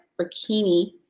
bikini